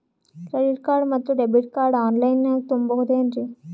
Credit card ಮತ್ತು debit card on ಲೈನಾಗ್ ತಗೋಬಹುದೇನ್ರಿ?